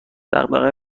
دغدغه